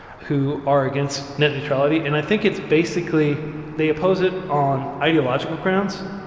who are against net neutrality. and i think it's basically they oppose it on ideological grounds.